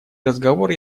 разговоры